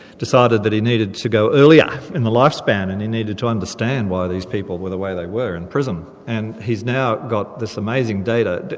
decided that he needed to go earlier in the life span, and he needed to understand why these people were the way they were in prison. and he's now got this amazing data.